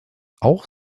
auch